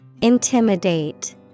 intimidate